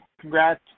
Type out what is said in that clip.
Congrats